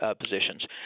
positions